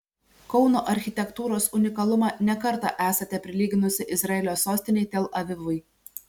kauno architektūros unikalumą ne kartą esate prilyginusi izraelio sostinei tel avivui